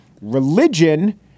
Religion